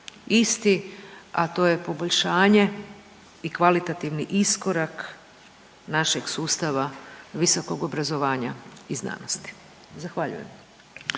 isti, a to je poboljšanje i kvalitativni iskorak našeg sustava visokog obrazovanja i znanosti. Zahvaljujem.